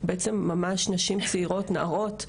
בעצם ממש נשים צעירות נערות,